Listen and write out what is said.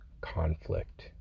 conflict